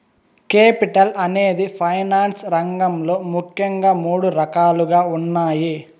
capital అనేది finance రంగంలో ముఖ్యంగా మూడు రకాలుగా ఉన్నాయి